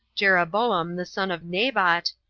jeroboam the son of nebat,